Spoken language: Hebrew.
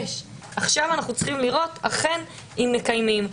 ועכשיו אנחנו צריכים לראות האם אכן מקיימים אותו.